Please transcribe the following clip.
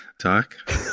talk